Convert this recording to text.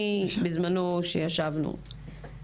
אני בזמנו כשישבנו,